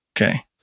Okay